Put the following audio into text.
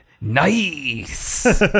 Nice